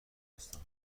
خوزستان